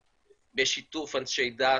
ובשיתוף אנשי דת.